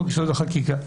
וחוק יסוד: החקיקה.